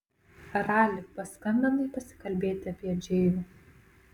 rali paskambinai pasikalbėti apie džėjų